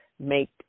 make